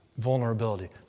vulnerability